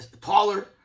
taller